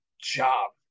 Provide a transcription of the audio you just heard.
job